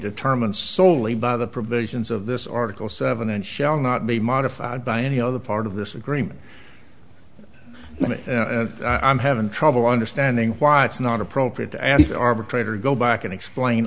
determined solely by the provisions of this article seven and shall not be modified by any other part of this agreement let me i'm having trouble understanding why it's not appropriate to ask arbitrator go back and explain